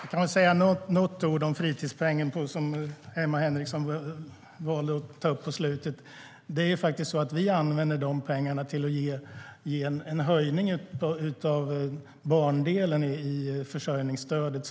Jag kan väl säga något ord om fritidspengen, som Emma Henriksson valde att ta upp i slutet. Det är faktiskt så att vi använder de pengarna till att ge en höjning av barndelen i försörjningsstödet.